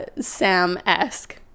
Sam-esque